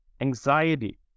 anxiety